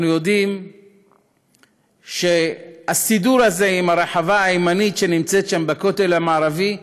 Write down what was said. אנחנו יודעים שהסידור הזה עם הרחבה הימנית שנמצאת שם בכותל המערבי,